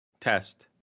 Test